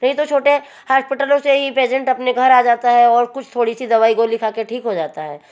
नहीं तो छोटे हास्पिटलों से ही पेसेंट अपने घर आ जाता है और कुछ थोड़ी सी दवाई गोली खाके ठीक हो जाता है